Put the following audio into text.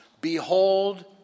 Behold